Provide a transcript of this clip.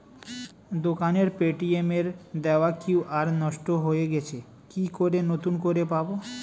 দোকানের পেটিএম এর দেওয়া কিউ.আর নষ্ট হয়ে গেছে কি করে নতুন করে পাবো?